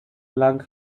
lang